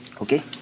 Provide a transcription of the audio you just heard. Okay